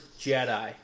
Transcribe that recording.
Jedi